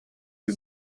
due